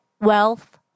wealth